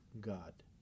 god